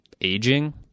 aging